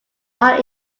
are